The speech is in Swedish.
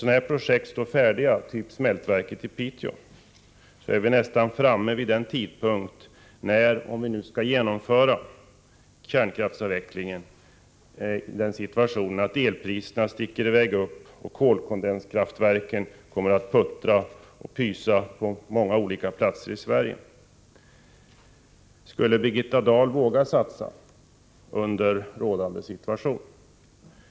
När projekt typ smältverket i Piteå står färdiga är vi nästan framme vid den tidpunkt då — om vi nu skall genomföra kärnkraftsavvecklingen — elpriserna sticker i väg upp och kolkondenskraftverken puttrar och pyser på många olika platser i Sverige. Skulle Birgitta Dahl våga satsa under rådande förhållanden?